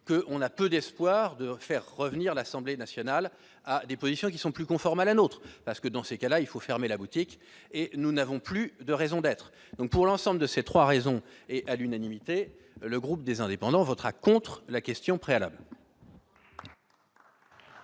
que on a peu d'espoir de faire revenir l'Assemblée nationale a des positions qui sont plus conformes à la nôtre parce que dans ces cas-là, il faut fermer la boutique et nous n'avons plus de raison d'être, donc pour l'ensemble de ces 3 raisons, et à l'unanimité, le groupe des Indépendants votera contre la question préalable.